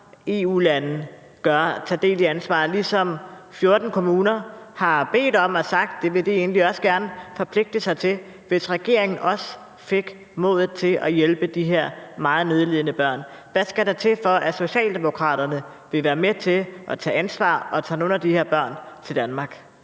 EU-lande gør: tage del i ansvaret; gøre ligesom de 14 kommuner, der har sagt, at det vil de egentlig også gerne forpligte sig til, hvis regeringen også fik modet til at hjælpe de her meget nødlidende børn. Hvad skal der til, for at Socialdemokraterne vil være med til at tage ansvar og tage nogle af de her børn til Danmark?